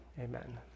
amen